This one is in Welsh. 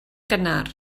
gynnar